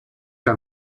que